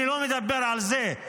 אני לא מדבר על זה,